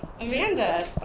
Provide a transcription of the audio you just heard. Amanda